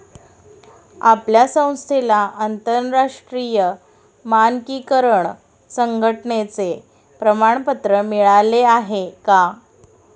आपल्या संस्थेला आंतरराष्ट्रीय मानकीकरण संघटने चे प्रमाणपत्र मिळाले आहे का?